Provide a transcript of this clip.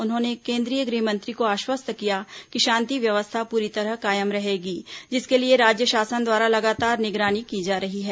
उन्होंने केंद्रीय गृह मंत्री को आश्वस्त किया कि शांति व्यवस्था पूरी तरह कायम रहेगी जिसके लिए राज्य शासन द्वारा लगातार निगरानी की जा रही है